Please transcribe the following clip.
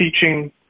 teaching